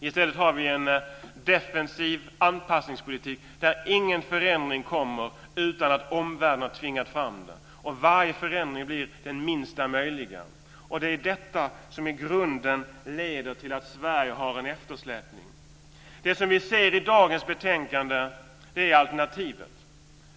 I stället ser vi en defensiv anpassningspolitik där ingen förändring kommer utan att omvärlden har tvingat fram den. Varje förändring blir den minsta möjliga. Det är detta som i grunden leder till att Sverige har en eftersläpning. Det som vi ser i dagens betänkande är alternativet.